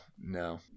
no